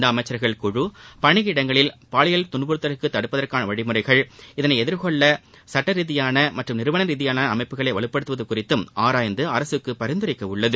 இந்த அமைச்சர்கள் குழு பணியிடங்களில் பாலியல் துன்புறுத்தல்களைத் தடுப்பதற்கான வழிமுறைகள் இதனை எதிர்கொள்வதற்கான சட்டரீதியிலான மற்றும் நிறுவன ரீதியிலான அமைப்புகளை வலுப்படுத்துவது குறித்து ஆராய்ந்து அரசுக்கு பரிந்துரைக்க உள்ளது